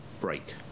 break